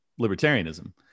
libertarianism